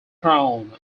crown